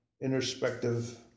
introspective